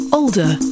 older